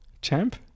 Champ